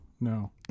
No